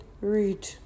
read